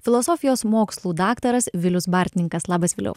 filosofijos mokslų daktaras vilius bartninkas labas viliau